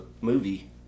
movie